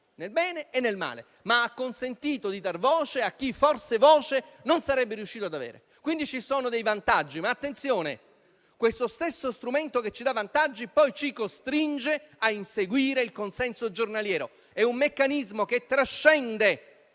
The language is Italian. nel bene e nel male, ma ha consentito di dar voce a chi forse voce non sarebbe riuscito ad avere. Quindi ci sono dei vantaggi ma, attenzione, lo stesso strumento che ci dà vantaggi poi ci costringe a inseguire il consenso giornaliero. È un meccanismo che trascende